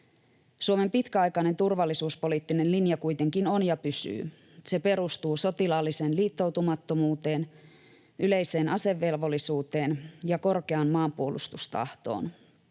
Suomen pitkäaikainen turvallisuuspoliittinen linja kuitenkin on ja pysyy. Se perustuu sotilaalliseen liittoutumattomuuteen, yleiseen asevelvollisuuteen ja korkeaan maanpuolustustahtoon,